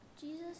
Jesus